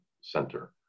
Center